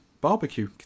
barbecue